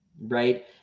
Right